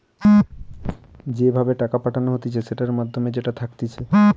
যে ভাবে টাকা পাঠানো হতিছে সেটার মাধ্যম যেটা থাকতিছে